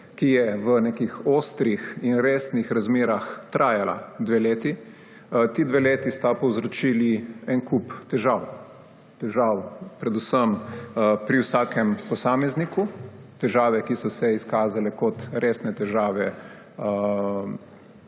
ki je v nekih ostrih in resnih razmerah trajala dve leti. Ti dve leti sta povzročili en kup težav, težav predvsem pri vsakem posamezniku, težav, ki so se izkazale kot resne težave